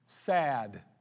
Sad